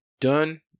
done